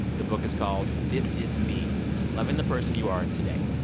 the book is called this is me loving the person you are today.